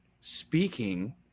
speaking